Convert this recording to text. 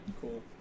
cool